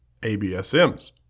ABSMs